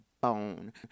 bone